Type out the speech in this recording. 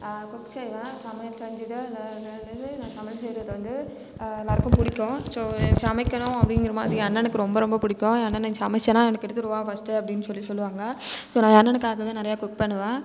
cook செய்வேன் சமையல் செஞ்சுட்டு நான் சமையல் செய்றதை வந்து எல்லாருக்கும் பிடிக்கும் ஸோ சமைக்கணும் அப்படிங்கற மாதிரி என் அண்ணனுக்கு ரொம்ப ரொம்ப பிடிக்கும் என் அண்ணனுக்கு சமைச்சனா எனக்கு எடுத்துகிட்டு வா ஃபஸ்ட் அப்டினு சொல்லி சொல்லுவாங்க ஸோ என் அண்ணனுக்காகவே நெறையா குக் பண்ணுவேன்